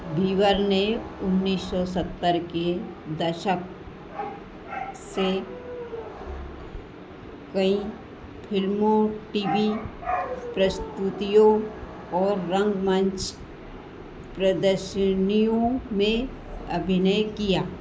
beaver ने उन्नीस सौ सत्तर के दशक से कई फिल्मों टी वी प्रस्तुतियों और रंगमंच प्रदर्शनियों में अभिनय किया